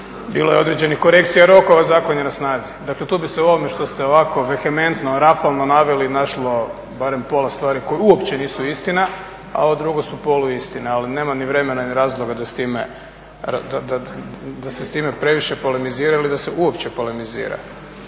bilo je određenih korekcija rokova, zakon je na snazi. Dakle tu bi se u ovome što ste ovako vehementno, rafalno naveli našlo barem pola stvari koje uopće nisu istina a ovo drugo su polu istine ali nema ni vremena ni razloga da se s time previše polemiziralo i da se uopće polemizira.